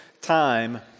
time